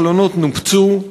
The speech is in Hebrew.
החלונות נופצו,